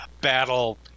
battle